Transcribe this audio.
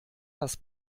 das